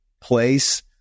place